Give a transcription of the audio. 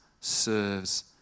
serves